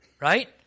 right